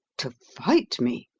to fight me!